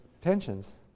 pensions